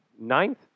ninth